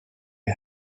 ihr